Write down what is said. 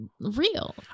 real